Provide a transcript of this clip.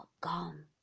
gone